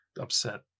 upset